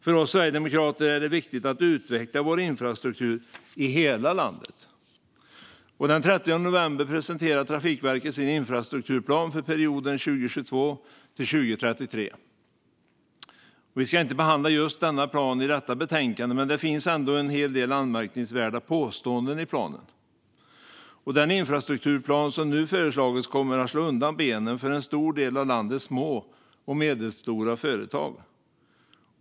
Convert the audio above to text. För oss sverigedemokrater är det viktigt att utveckla infrastrukturen i hela landet. Den 30 november presenterade Trafikverket sin infrastrukturplan för perioden 2022-2033. Vi ska inte behandla denna plan i det här betänkandet, men det finns ändå en hel del anmärkningsvärda påståenden i planen. Den infrastrukturplan som nu föreslagits kommer att slå undan benen för en stor del av landets små och medelstora företag.